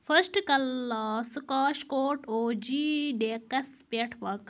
first class سکاش کوٹ او جی ڈیکَس پٮ۪ٹھ واقعہٕ